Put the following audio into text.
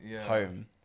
home